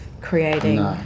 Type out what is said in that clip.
creating